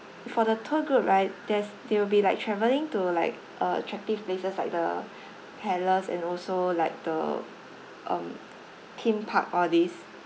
for the tour group right there's they will be like travelling to like uh attractive places like the palace and also like the um theme park all these